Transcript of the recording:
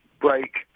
break